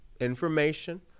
information